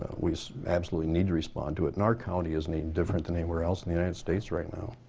we absolutely need to respond to it and our county isn't any different than anywhere else in the united states right now.